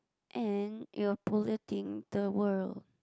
and it will polluting the world